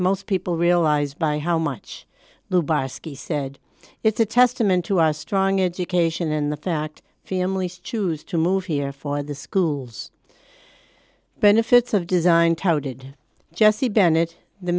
most people realize by how much the barsky said it's a testament to our strong education and the fact families choose to move here for the schools benefits of design touted jesse bennett the